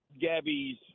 Gabby's